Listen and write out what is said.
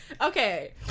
Okay